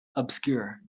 obscure